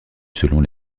selon